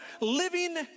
living